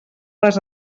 les